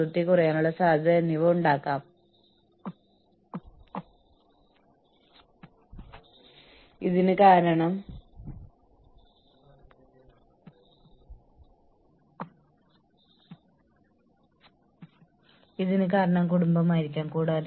ഇക്വിറ്റിയെക്കുറിച്ചുള്ള ജീവനക്കാരുടെ ധാരണ ഇക്വിറ്റിയെക്കുറിച്ചുള്ള തൊഴിലുടമകളുടെ ധാരണയേക്കാൾ കൂടുതലാണ്